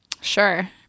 Sure